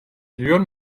biliyor